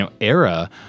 era